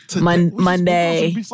Monday